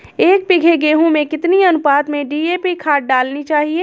एक बीघे गेहूँ में कितनी अनुपात में डी.ए.पी खाद डालनी चाहिए?